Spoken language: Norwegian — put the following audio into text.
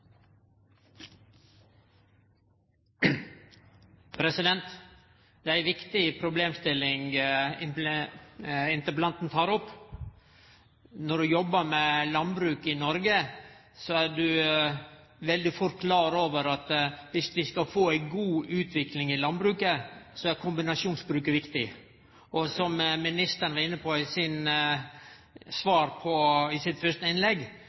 ei viktig problemstilling interpellanten tek opp. Når ein jobbar med landbruk i Noreg, blir ein veldig fort klar over at viss ein skal få ei god utvikling i landbruket, er kombinasjonsbruket viktig. Ministeren var inne på i svaret i det fyrste innlegget sitt